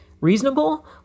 reasonable